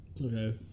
Okay